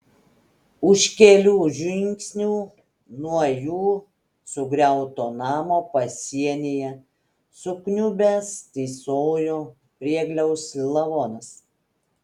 už kelių žingsnių nuo jų sugriauto namo pasienyje sukniubęs tysojo priegliaus lavonas